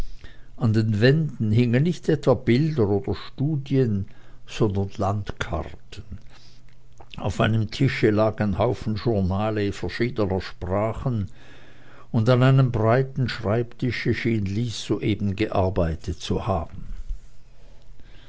an den wänden hingen nicht etwa bilder oder studien sondern landkarten auf einem tische lag ein haufen journale verschiedener sprachen und an einem breiten schreibtische schien lys soeben gearbeitet zu haben